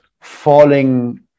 falling